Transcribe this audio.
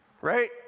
right